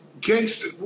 gangster